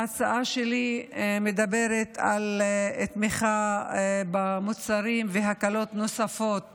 ההצעה שלי מדברת על תמיכה במוצרים והקלות נוספות